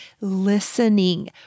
listening